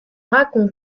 raconte